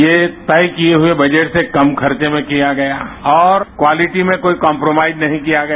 ये तय किए हुए बजट से कम खर्चे में किया गया और क्वालिटी से कोई कॉम्प्रोमाइज नहीं किया गया